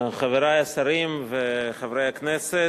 תודה רבה, חברי השרים וחברי הכנסת,